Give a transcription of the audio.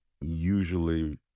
usually